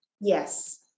Yes